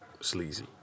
sleazy